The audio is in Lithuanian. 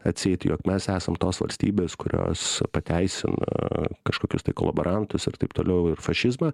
atseit jog mes esam tos valstybės kurios pateisina kažkokius kolaborantus ir taip toliau ir fašizmą